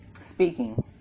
speaking